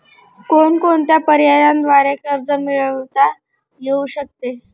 कोणकोणत्या पर्यायांद्वारे कर्ज मिळविता येऊ शकते?